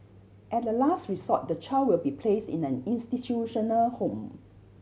at a last resort the child will be place in an institutional home